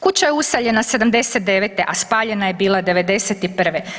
Kuća je useljena '79., a spaljena je bila '91.